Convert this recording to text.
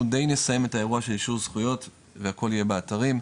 אנחנו די נסיים את האירוע של אישור זכויות והכל יהיה באתרים.